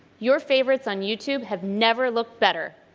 your favorites on youtube have never. looked. better,